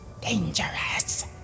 Dangerous